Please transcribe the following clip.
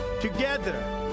Together